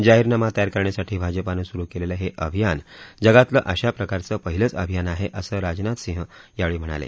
जाहीरनामा तयार करण्यासाठी भाजपनं सुरु केलेलं हे अभियान जगातलं अशाप्रकारचं पहिलंच अभियान आहे असं राजनाथ सिंह यावेळी म्हणाले